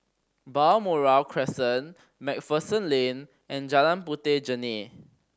Balmoral Crescent Macpherson Lane and Jalan Puteh Jerneh